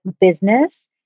business